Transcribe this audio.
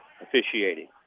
officiating